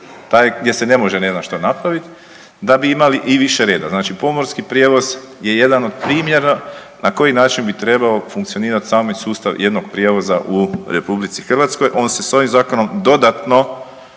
gdje se ne može ne znam što napraviti, da bi imali i više reda. Znači pomorski prijevoz je jedan od primjera na koji način bi trebao funkcionirati sami sustav jednog prijevoza u RH. On se s ovim zakonom dodatno